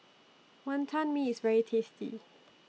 Wantan Mee IS very tasty